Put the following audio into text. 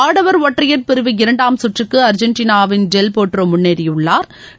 ஆடவர் ஒற்றையர் பிரிவு இரண்டாம் சுற்றுக்கு அர்ஜெண்டனாவின் டெல் பொட்ரோ முன்னேறியுள்ளாா்